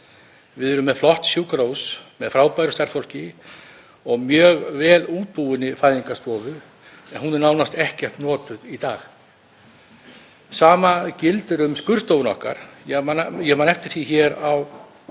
Við erum með flott sjúkrahús með frábæru starfsfólki og mjög vel útbúinni fæðingarstofu en hún er nánast ekkert notuð í dag. Sama gildir um skurðstofuna okkar. Ég man eftir því hér á